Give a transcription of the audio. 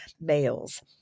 males